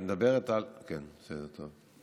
את מדברת על, כן, בסדר, טוב.